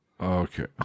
Okay